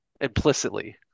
implicitly